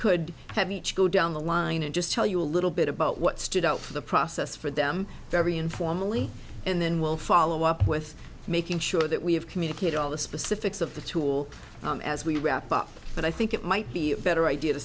could have each go down the line and just tell you a little bit about what stood out for the process for them very informally and then we'll follow up with making sure that we have communicate all the specifics of the tool as we wrap up but i think it might be a better idea to